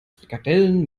frikadellen